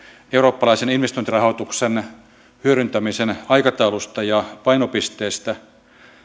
eurooppalaisen investointirahoituksen hyödyntämisen aikataulusta ja painopisteestä